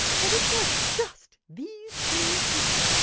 that it was just these two people,